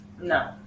No